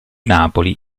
napoli